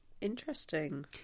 interesting